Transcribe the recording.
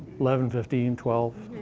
eleven fifteen, twelve